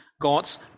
God's